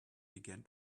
began